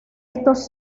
estos